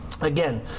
Again